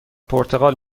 پرتقال